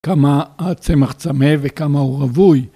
כמה הצמח צמא וכמה הוא רווי.